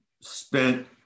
spent